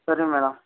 ಸರಿ ಮೇಡಮ್